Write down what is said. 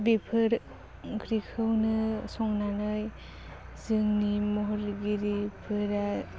बेफोर ओंख्रिखौनो संनानै जोंनि महरगिरिफोरा